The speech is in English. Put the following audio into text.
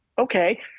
Okay